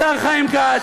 לשר חיים כץ,